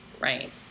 Right